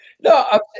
No